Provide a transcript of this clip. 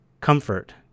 Comfort